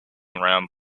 round